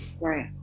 Right